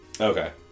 Okay